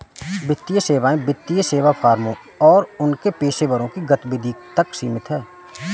वित्तीय सेवाएं वित्तीय सेवा फर्मों और उनके पेशेवरों की गतिविधि तक सीमित हैं